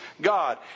God